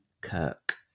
Kirk